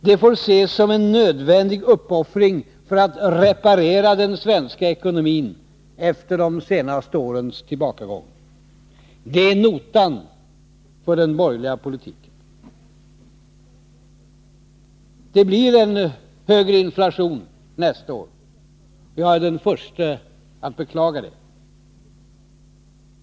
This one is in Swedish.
Det får ses som en nödvändig uppoffring för att reparera den svenska ekonomin efter de senaste årens tillbakagång. Det är notan för den borgerliga politiken. Det blir en högre inflation nästa år. Det är jag den förste att beklaga.